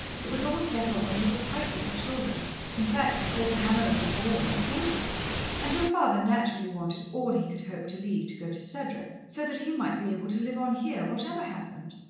it was all settled when you were quite little children in fact, before pamela was born or thought of and your father naturally wanted all he could hope to leave to go to cedric, so that he might be able to live on here, whatever happened.